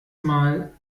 mal